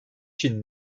için